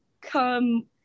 come